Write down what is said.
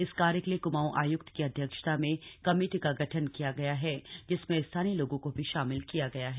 इस कार्य के लिए कुमाऊं आयुक्त की अध्यक्षता में कमेटी का गठन किया गया है जिसमें स्थानीय लोगों को भी शामिल किया गया है